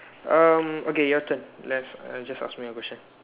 um okay your turn let's uh just ask me a question